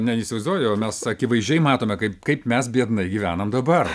neįsivaizduoju o mes akivaizdžiai matome kaip kaip mes biednai gyvenam dabar